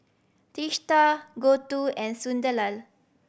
Teesta Gouthu and Sunderlal